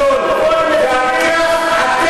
לבוא עם נתונים.